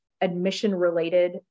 admission-related